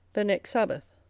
the next sabbath.